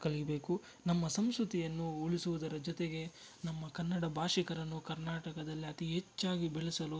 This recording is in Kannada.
ಕಲಿಯಬೇಕು ನಮ್ಮ ಸಂಸ್ಕೃತಿಯನ್ನು ಉಳಿಸುವುದರ ಜೊತೆಗೆ ನಮ್ಮ ಕನ್ನಡ ಭಾಷಿಗರನ್ನು ಕರ್ನಾಟಕದಲ್ಲಿ ಅತಿ ಹೆಚ್ಚಾಗಿ ಬೆಳೆಸಲು